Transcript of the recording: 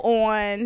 on